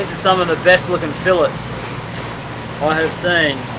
some of the best looking fillets i have seen,